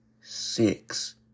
six